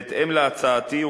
בהתאם להצעתי,